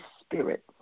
Spirit